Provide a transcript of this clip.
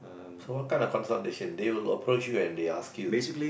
so what kind of consultation they will lock approach you and they ask you